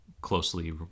closely